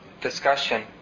discussion